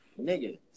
nigga